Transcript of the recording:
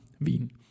Wien